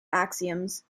axioms